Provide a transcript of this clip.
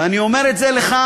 ואני אומר את זה לך.